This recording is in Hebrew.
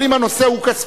אבל אם הנושא הוא כספי,